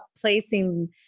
placing